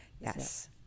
Yes